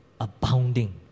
abounding